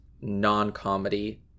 non-comedy